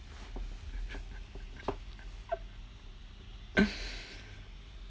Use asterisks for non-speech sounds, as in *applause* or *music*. *laughs*